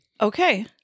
Okay